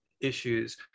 issues